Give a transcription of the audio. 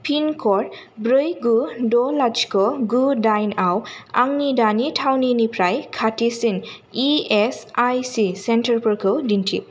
पिनक'ड ब्रै गु द' लाथिख गु दाइनआव आंनि दानि थावनिनिफ्राय खाथिसिन इ एस आइ सि सेन्टारफोरखौ दिन्थि